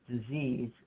disease